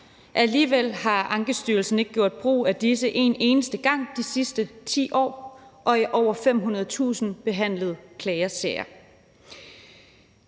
alligevel har Ankestyrelsen ikke gjort brug af disse en eneste gang de sidste 10 år og i over 500.000 behandlede klagesager,